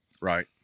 right